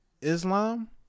Islam